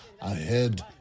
ahead